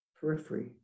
periphery